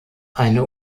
eine